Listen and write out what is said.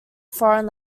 foreign